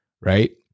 right